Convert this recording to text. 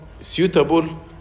suitable